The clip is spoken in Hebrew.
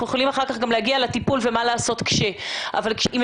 יכולים אחר כך גם להגיע לטיפול ומה לעשות כאשר קורה משהו,